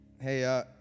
hey